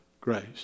grace